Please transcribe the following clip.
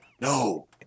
No